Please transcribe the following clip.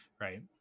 right